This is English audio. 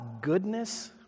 goodness